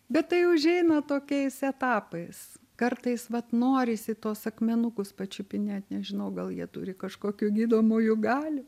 bet tai užeina tokiais etapais kartais vat norisi tuos akmenukus pačiupinėt nežinau gal jie turi kažkokių gydomųjų galių